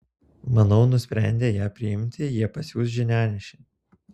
manau nusprendę ją priimti jie pasiųs žinianešį